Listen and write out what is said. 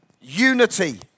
Unity